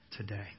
today